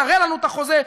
תראה לנו את החוזה,